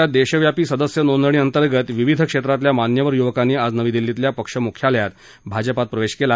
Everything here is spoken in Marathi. भाजपाच्या देशव्यापी सदस्य नोंदणी अंतर्गत विविध क्षेत्रातल्या मान्यवर युवकांनी आज नवी दिल्लीतल्या पक्ष मुख्यालयात भाजपात प्रवेश केला